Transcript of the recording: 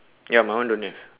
ya my one don't have